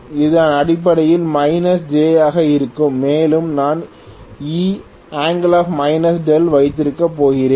இது அடிப்படையில் j ஆக இருக்கும் மேலும் நான் E δ வைத்திருக்கப் போகிறேன்